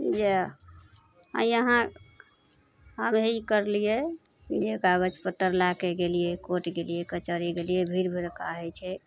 जे आओर इहाँ आब ई करलिए जे कागज पत्तर लैके कोर्ट गेलिए कचहरी गेलिए भीड़ भड़क्का होइ छै